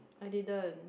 I didn't